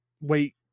wait